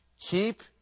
Keep